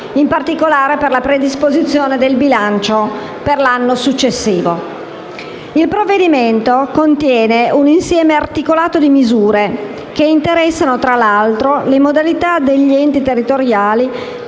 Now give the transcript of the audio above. in particolare per la predisposizione dei bilanci per l'anno successivo. Il provvedimento contiene un insieme articolato di misure che interessano tra l'altro le modalità degli enti territoriali